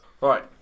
Right